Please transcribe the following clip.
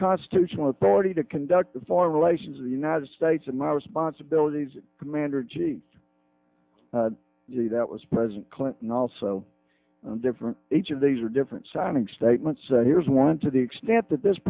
constitutional authority to conduct the foreign relations of the united states and my responsibilities commander g g that was president clinton also different each of these are different signing statements and here's one to the extent that this